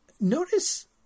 Notice